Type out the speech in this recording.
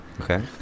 Okay